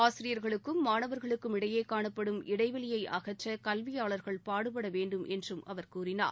ஆசிரியர்களுக்கும் மாணவர்களுக்கும் இடையே காணப்படும் இடைவெளியை அகற்ற கல்வியாளர்கள் பாடுபட வேண்டும் என்றும் அவர் கூறினார்